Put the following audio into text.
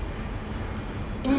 it's as it's nice ya